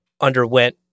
underwent